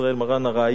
מרן הראי"ה,